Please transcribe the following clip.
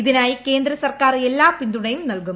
ഇതിനായി കേന്ദ്രസർക്കാർ എല്ലാ പിന്തുണയും നൽകും